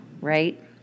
Right